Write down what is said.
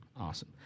Awesome